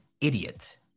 idiot